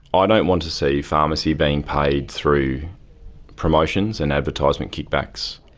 ah don't want to see pharmacy be paid through promotions and advertisement kickbacks.